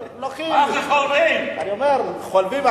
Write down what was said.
חולבים,